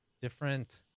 different